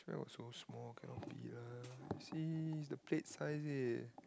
where got so small cannot be lah see it's the plate size eh